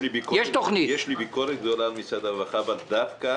יש לי ביקורת גדולה על משרד הרווחה אבל דווקא